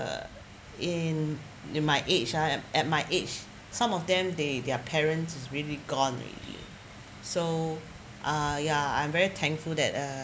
uh in in my age ah at my age some of them they their parents is really gone so uh ya I'm very thankful that uh